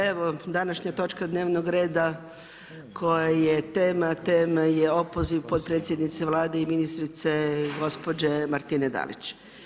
Evo današnja točka dnevnog reda koja je tema, tema je opoziv potpredsjednice Vlade i ministrice gospođe Martine Dalić.